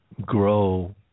grow